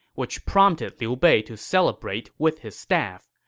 which prompted liu bei to celebrate with his staff.